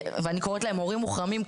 ואני קוראת להם הורים מוחרמים,